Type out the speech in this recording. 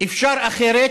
אפשר אחרת.